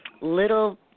little